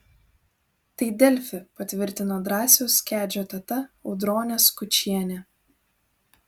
tai delfi patvirtino drąsiaus kedžio teta audronė skučienė